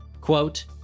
Quote